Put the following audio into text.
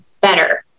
better